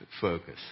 focus